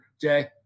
Jay